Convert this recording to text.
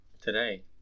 today